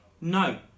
no